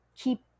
keep